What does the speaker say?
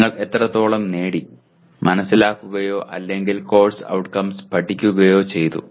നിങ്ങൾ എത്രത്തോളം നേടി മനസ്സിലാക്കുകയോ അല്ലെങ്കിൽ കോഴ്സ് ഔട്ട്കംസ് പഠിക്കുകയോ ചെയ്തു